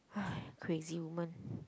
crazy woman